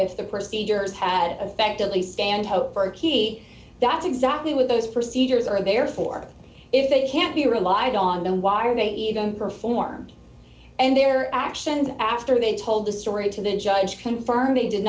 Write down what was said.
if the procedures had an effect at least and hope for a key that's exactly what those procedures are therefore if they can't be relied on then why are they even performed and their actions after they told the story to the judge confirm they did